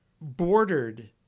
bordered